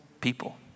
people